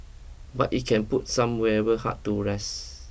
but it can put some weary heart to rest